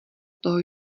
toho